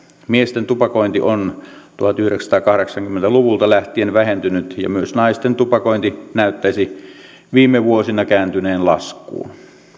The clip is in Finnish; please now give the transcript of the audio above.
miesten tupakointi on tuhatyhdeksänsataakahdeksankymmentä luvulta vähentynyt ja myös naisten tupakointi näyttäisi viime vuosina kääntyneen laskuun